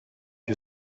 you